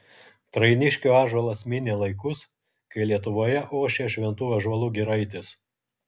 trainiškio ąžuolas minė laikus kai lietuvoje ošė šventų ąžuolų giraitės